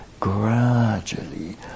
gradually